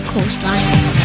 Coastline